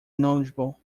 knowledgeable